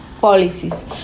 policies